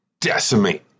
decimate